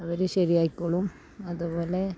അവർ ശരിയായിക്കോളും അതെപോലെ